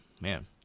man